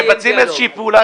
כשאתם מבטלים איזושהי פעולה